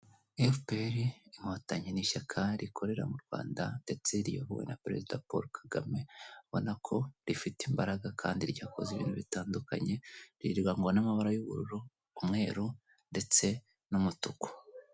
FPR Inkotanyi n'ishyaka rikorera mu Rwanda ndetse riyobowe na Perezida Paul Kagame, abona ko rifite imbaraga kandi ryakoze ibintu bitandukanye, rirangwa n'amabara y'ubururu, umweru ndetse n'umutuku.